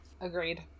agreed